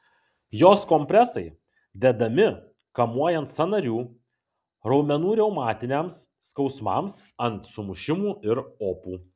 jos kompresai dedami kamuojant sąnarių raumenų reumatiniams skausmams ant sumušimų ir opų